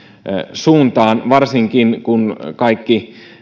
suuntaan varsinkin kun kaikki